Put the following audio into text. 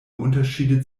unterschiede